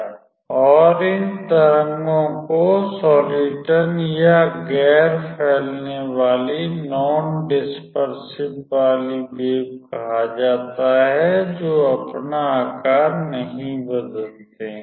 और इन तरंगों को सॉलिटन या गैर फैलने वाले वेव्स कहा जाता है जो अपना आकार नहीं बदलते हैं